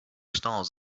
stalls